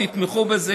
תתמכו בזה,